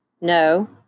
No